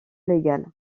légal